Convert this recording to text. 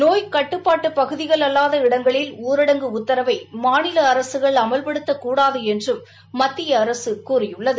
நோய்க் கட்டுப்பாட்டு பகுதிகள் அல்லாத இடங்களில் ஊரடங்கு உத்தரவை மாநில அரசுகள் அமல்படுத்தக்கூடாது என்றும் மத்திய அரசு கூறியுள்ளது